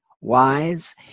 Wives